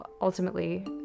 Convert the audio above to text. ultimately